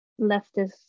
leftist